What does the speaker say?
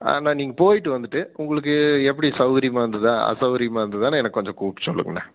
அண்ணா நீங்கள் போய்ட்டு வந்துட்டு உங்களுக்கு எப்படி சவுரியமாக இருந்ததா அசவுரியமாக இருந்ததானு எனக்கு கொஞ்சம் கூப்பிட்டு சொல்லுங்கண்ணா